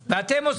העובדים.